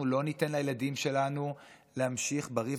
אנחנו לא ניתן לילדים שלנו להמשיך בריב